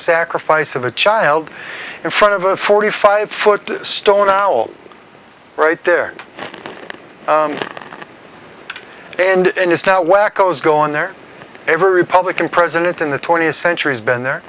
sacrifice of a child in front of a forty five foot stone our right there and is now whackos going there every republican president in the twentieth century has been there